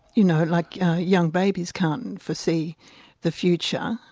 you know, like young babies can't and foresee the future,